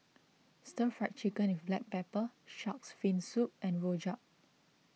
Stir Fry Chicken with Black Pepper Shark's Fin Soup and Rojak